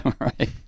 right